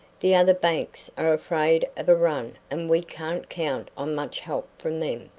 the other banks are afraid of a run and we can't count on much help from them.